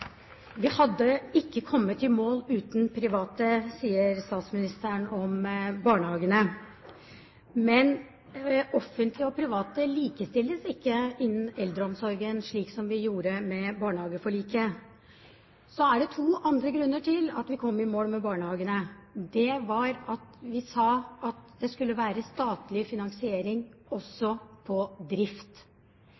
Vi hadde ikke kommet i mål uten private, sier statsministeren om barnehagene. Men offentlige og private likestilles ikke innenfor eldreomsorgen, slik som de gjorde ved barnehageforliket. Så er det en annen grunn til at vi kom i mål med barnehagene, og det var at vi sa at det skulle være statlig finansiering også